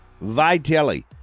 Vitelli